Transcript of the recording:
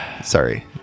Sorry